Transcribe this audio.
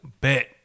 Bet